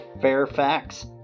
Fairfax